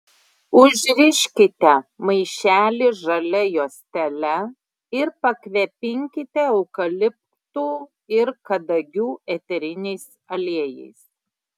užriškite maišelį žalia juostele ir pakvepinkite eukaliptų ir kadagių eteriniais aliejais